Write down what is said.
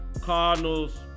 Cardinals